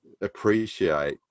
appreciate